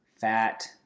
fat